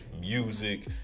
music